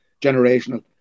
generational